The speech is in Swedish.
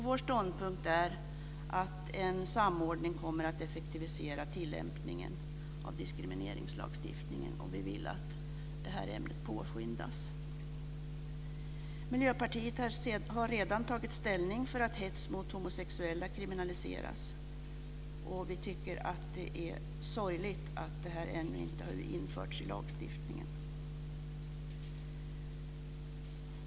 Vår ståndpunkt är att en samordning kommer att effektivisera tillämpningen av diskrimineringslagstiftningen och vi vill att ämnet ska påskyndas. Miljöpartiet har redan tagit ställning till att hets mot homosexuella ska kriminaliseras. Vi tycker att det är sorgligt att det ännu inte har införts i lagstiftningen.